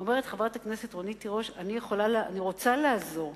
אומרת חברת הכנסת רונית תירוש: אני רוצה לעזור,